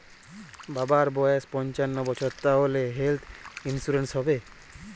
বাবার বয়স পঞ্চান্ন বছর তাহলে হেল্থ ইন্সুরেন্স হবে?